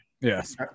Yes